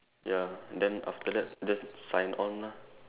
ya then after then then sign on lah